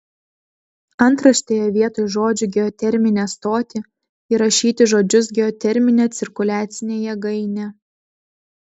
antraštėje vietoj žodžių geoterminę stotį įrašyti žodžius geoterminę cirkuliacinę jėgainę